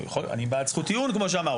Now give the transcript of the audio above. אני בעד זכות טיעון כמו שאמרת.